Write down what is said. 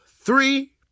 three